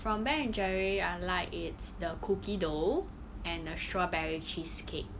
from Ben&Jerry's I like it's the cookie dough and the strawberry cheesecake